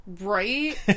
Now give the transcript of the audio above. right